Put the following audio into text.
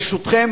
ברשותכם,